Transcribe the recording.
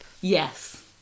yes